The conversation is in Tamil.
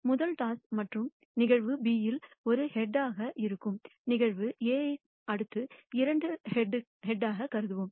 முதல் டாஸ் மற்றும் நிகழ்வு B இல் ஒரு ஹெட்யாக இருக்கும் நிகழ்வு A ஐ அடுத்த இரண்டு ஹெட்கக் கருதுவோம்